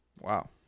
wow